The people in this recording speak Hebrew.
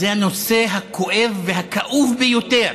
זה הנושא הכואב והכאוב ביותר